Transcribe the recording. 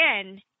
again